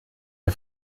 der